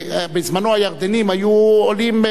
בזמנם הירדנים היו עולים,